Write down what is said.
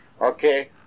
okay